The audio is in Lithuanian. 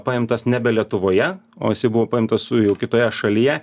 paimtas nebe lietuvoje o buvo paimtas su jau kitoje šalyje